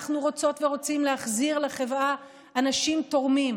אנחנו רוצות ורוצים להחזיר לחברה אנשים תורמים,